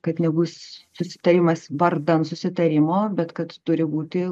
kad nebus susitarimas vardan susitarimo bet kad turi būti